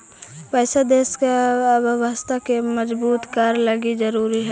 पैसा देश के अर्थव्यवस्था के मजबूत करे लगी ज़रूरी हई